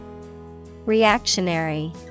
Reactionary